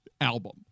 album